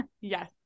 yes